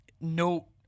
No